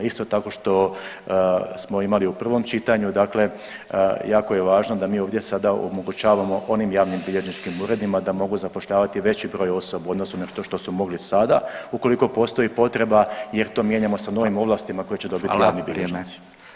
Isto tako što smo imali u prvom čitanju, dakle jako je važno da mi ovdje sada omogućavamo onim javnobilježničkim uredima da mogu zapošljavati veći broj osoba u odnosu na nešto što su mogli sada ukoliko postoji potreba, jer to mijenjamo sa novim ovlastima koje će dobiti javni bilježnici